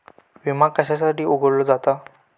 विमा कशासाठी उघडलो जाता?